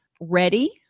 ready